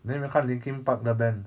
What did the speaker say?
then 有没有看 linkin park 的 band